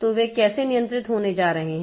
तो वे कैसे नियंत्रित होने जा रहे हैं